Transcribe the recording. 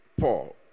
Paul